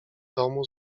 domu